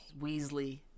Weasley